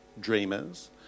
dreamers